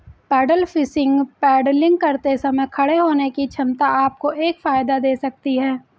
pedal fishing paddling करते समय खड़े होने की क्षमता आपको एक फायदा दे सकती है